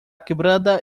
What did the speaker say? quebrada